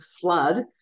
flood